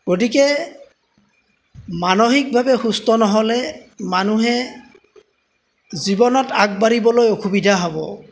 গতিকে মানসিকভাৱে সুস্থ নহ'লে মানুহে জীৱনত আগবাঢ়িবলৈ অসুবিধা হ'ব